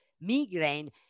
migraine